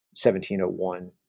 1701